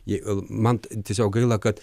jei man tiesiog gaila kad